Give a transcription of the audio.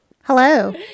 Hello